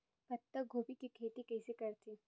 पत्तागोभी के खेती कइसे करथे?